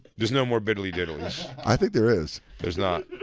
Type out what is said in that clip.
there's no more biddly diddlies. i think there is. there's not.